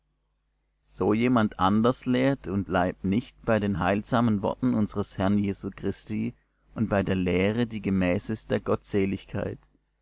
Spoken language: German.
so jemand anders lehrt und bleibt nicht bei den heilsamen worten unsers herrn jesu christi und bei der lehre die gemäß ist der gottseligkeit